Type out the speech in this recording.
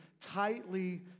tightly